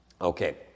Okay